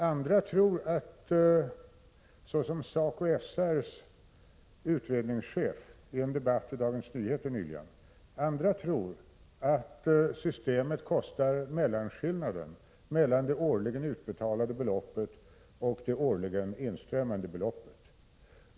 Andra tror, såsom SACO/SR:s utredningschef uttryckte saken i en debattartikel i Dagens Nyheter nyligen, att systemet kostar mellanskillnaden mellan det årligen utbetalda beloppet och det årligen återbetalade beloppet.